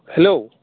hello